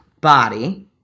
body